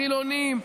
חילונים,